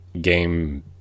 game